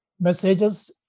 messages